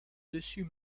dessus